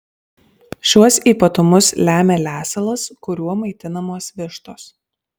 šiuos ypatumus lemia lesalas kuriuo maitinamos vištos